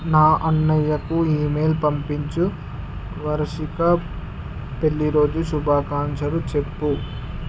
నా అన్నయ్యకు ఈమెయిల్ పంపించు వార్షిక పెళ్ళిరోజు శుభాకాంక్షలు చెప్పు